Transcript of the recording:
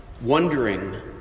wondering